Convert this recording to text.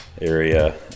area